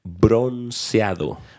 bronceado